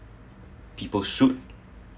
people should